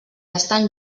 estan